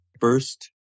first